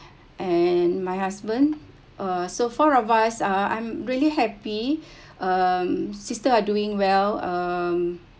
and my husband uh so four of us uh I'm really happy um sister are doing well um